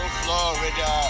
florida